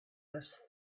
was